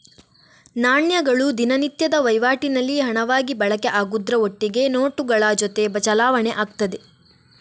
ನಾಣ್ಯಗಳು ದಿನನಿತ್ಯದ ವೈವಾಟಿನಲ್ಲಿ ಹಣವಾಗಿ ಬಳಕೆ ಆಗುದ್ರ ಒಟ್ಟಿಗೆ ನೋಟುಗಳ ಜೊತೆ ಚಲಾವಣೆ ಆಗ್ತದೆ